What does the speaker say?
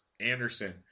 Anderson